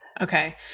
Okay